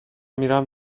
میرم